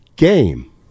game